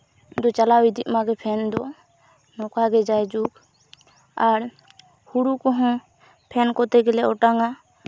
ᱫᱚ ᱪᱟᱞᱟᱣ ᱤᱫᱤᱜ ᱢᱟᱜᱮ ᱯᱷᱮᱱ ᱫᱚ ᱱᱚᱝᱠᱟᱜᱮ ᱡᱟᱭᱡᱩᱜᱽ ᱟᱨ ᱦᱩᱲᱩ ᱠᱚᱦᱚᱸ ᱯᱷᱮᱱ ᱠᱚᱛᱮ ᱜᱮᱞᱮ ᱚᱴᱟᱝ ᱟ